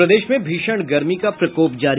और प्रदेश में भीषण गर्मी का प्रकोप जारी